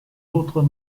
autres